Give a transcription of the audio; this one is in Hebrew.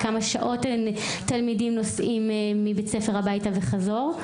כמה שעות תלמידים נוסעים מבית הספר הביתה וחזור?